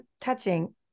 touching